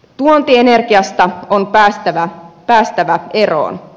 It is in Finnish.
tuontienergiasta on päästävä eroon